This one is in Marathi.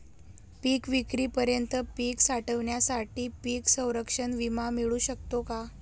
पिकविक्रीपर्यंत पीक साठवणीसाठी पीक संरक्षण विमा मिळू शकतो का?